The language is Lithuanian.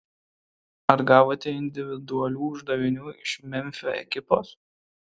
ar gavote individualių uždavinių iš memfio ekipos